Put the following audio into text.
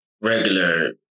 regular